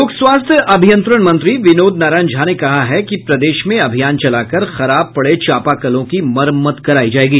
लोक स्वास्थ्य अभियंत्रण मंत्री विनोद नारायण झा ने कहा है कि प्रदेश में अभियान चलाकर खराब पड़े चापाकलों की मरम्मत करायी जायेगी